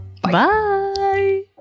Bye